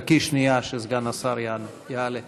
חכי שנייה שסגן השר יעלה.